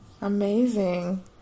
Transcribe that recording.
amazing